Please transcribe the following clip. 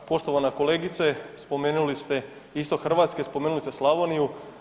Poštovana kolegice spomenuli ste istok Hrvatske, spomenuli ste Slavoniju.